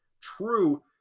true